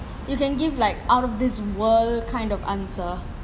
you can give like out of this world kind of answer